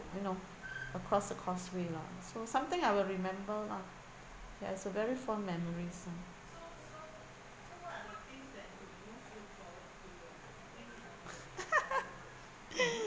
you know across the causeway lah so something I will remember lah that is a very fond memories lah